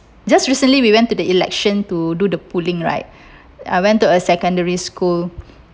just recently we went to the election to do the polling right I went to a secondary school